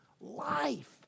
life